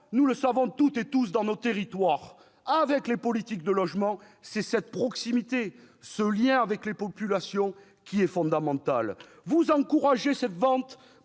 nous le savons toutes et tous dans nos territoires, avec les politiques de logement, c'est cette proximité, ce lien avec les populations qui est fondamental. Vous encouragez cette vente